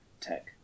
tech